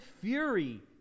fury